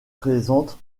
présente